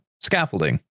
scaffolding